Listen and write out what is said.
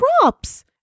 crops